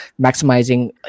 maximizing